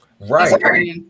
Right